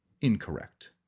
incorrect